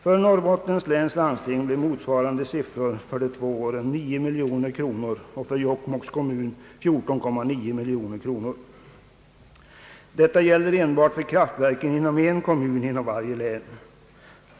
För Norrbottens läns landsting blir motsvarande siffror för de två åren 9 miljoner kronor och för Jokkmokks kommun 14,9 miljoner kro nor. Detta gäller enbart för kraftverken i en kommun inom varje län.